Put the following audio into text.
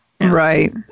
Right